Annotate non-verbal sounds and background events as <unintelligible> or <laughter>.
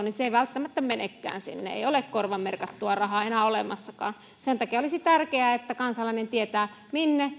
<unintelligible> niin se ei välttämättä menekään sinne ei ole korvamerkattua rahaa enää olemassakaan sen takia olisi tärkeää että kansalainen tietää minne